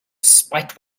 spite